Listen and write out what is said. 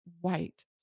white